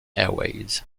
airways